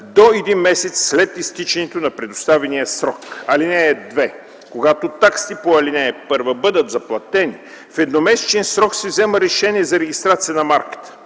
до един месец след изтичането на предоставения срок. (2) Когато таксите по ал. 1 бъдат заплатени, в едномесечен срок се взема решение за регистрация на марката.